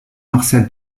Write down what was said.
marcel